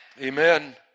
Amen